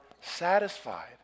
satisfied